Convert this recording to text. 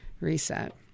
reset